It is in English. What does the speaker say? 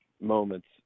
moments